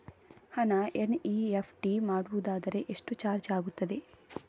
ಹಣ ಎನ್.ಇ.ಎಫ್.ಟಿ ಮಾಡುವುದಾದರೆ ಎಷ್ಟು ಚಾರ್ಜ್ ಆಗುತ್ತದೆ?